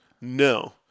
No